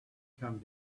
come